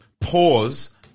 pause